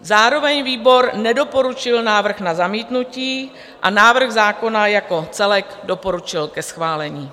Zároveň výbor nedoporučil návrh na zamítnutí a návrh zákona jako celek doporučil ke schválení.